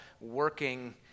working